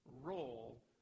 role